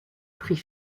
prix